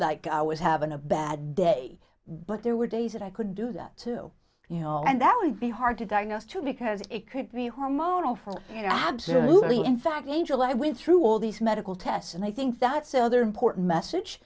like i was having a bad day but there were days that i could do that too you know and that would be hard to diagnose too because it could be hormonal for you know absolutely in fact angel i went through all these medical tests and i think that's another important message